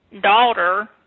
daughter